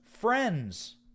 friends